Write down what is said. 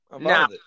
Now